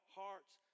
hearts